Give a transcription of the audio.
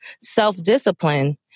self-discipline